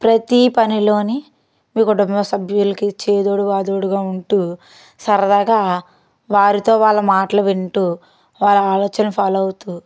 ప్రతి పనిలో మీ కుటుంబ సభ్యులకి చేదోడు వాదోడుగా ఉంటు సరదాగా వారితో వాళ్ళ మాటలు వింటు వాళ్ళ ఆలోచన ఫాలో అవుతు